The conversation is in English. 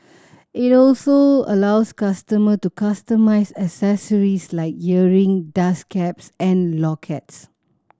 it also allows customer to customise accessories like earring dust caps and lockets